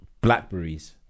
Blackberries